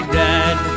dead